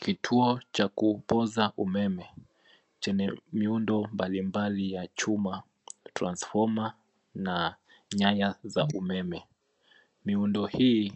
Kituo cha kupoza umeme chenye miundo mbalimbali ya chuma, transfoma na nyaya za umeme. Miundo hii